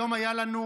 היום היה לנו